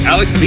Alex